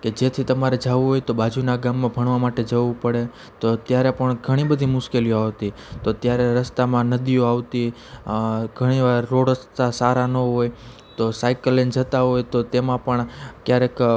કે જેથી તમારે જવું હોય તો બાજુનાં ગામમાં ભણવા માટે જવું પડે તો ત્યારે પણ ઘણી બધી મુશ્કેલીઓ આવતી તો ત્યારે રસ્તામાં નદીઓ આવતી ઘણી વાર રોડ રસ્તા સારા ન હોય તો સાઇકલ લઈ ને જતાં હોય તો તેમાં પણ ક્યારેક